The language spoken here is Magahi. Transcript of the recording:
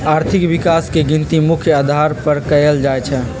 आर्थिक विकास के गिनती मुख्य अधार पर कएल जाइ छइ